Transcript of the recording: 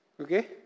Okay